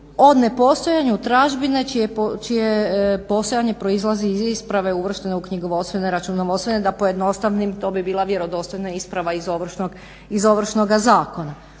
od nepostojanja tražbine čije postojanje proizlazi iz isprave uvrštene u knjigovodstvene, računovodstvene da pojednostavnim. To bi bila vjerodostojna isprava iz Ovršnoga zakona.